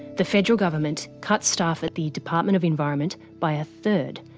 the federal government cut staff at the department of environment by a third.